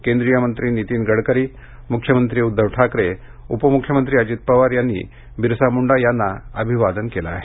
केंद्रीय मंत्री नीतीन गडकरी मुख्यमंत्री उद्धव ठाकरेउपमुख्यमंत्री अजित पवार यांनी बिरसा मुंडा यांना अभिवादन केलं आहे